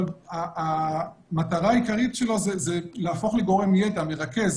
אבל המטרה העיקרית שלו זה להפוך לגורם ידע ולרכז.